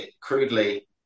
crudely